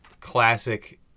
classic